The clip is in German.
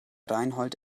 reinhold